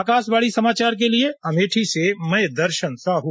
आकाशवाणी समाचार के लिए अमेठी से मैं दर्शन साहू